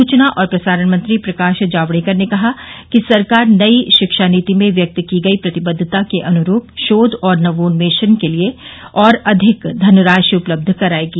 सूचना और प्रसारण मंत्री प्रकाश जावड़ेकर ने कहा है कि सरकार नई शिक्षा नीति में व्यक्त की गई प्रतिबद्वता के अनुरूप शोध और नवोन्मेष के लिए और अधिक धनराशि उपलब्ध करायेगी